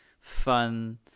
fun